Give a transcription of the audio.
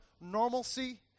normalcy